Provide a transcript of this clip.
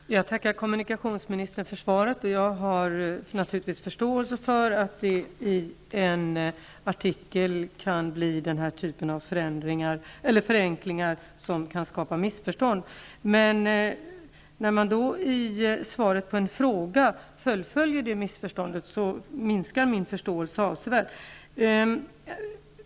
Herr talman! Jag tackar kommunikationsministern för svaret. Jag har naturligtvis förståelse för att det i en artikel kan bli denna typ av förenklingar, som kan skapa missförstånd. Men när han i svaret på en fråga fullföljer missförståndet minskar min förståelse avsevärt.